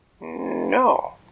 No